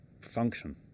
function